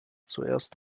zuerst